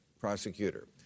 prosecutor